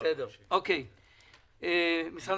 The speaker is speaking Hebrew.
משרד